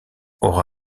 aura